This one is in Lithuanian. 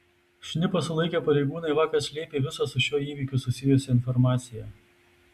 šnipą sulaikę pareigūnai vakar slėpė visą su šiuo įvykiu susijusią informaciją